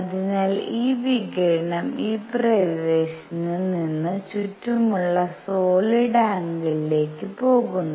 അതിനാൽ ഈ വികിരണം ഈ പ്രദേശത്ത് നിന്ന് ചുറ്റുമുള്ള സോളിഡ് ആംഗിൾലേക്ക് പോകുന്നു